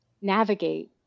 navigate